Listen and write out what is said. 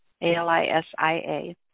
A-L-I-S-I-A